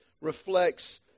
reflects